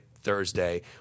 Thursday